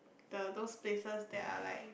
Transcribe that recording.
the those places they are like